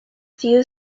few